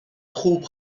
خوب